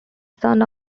son